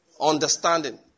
understanding